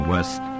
West